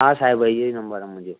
हा साहिबु इहो ई नंबर आहे मुंहिंजो